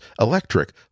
Electric